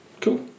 cool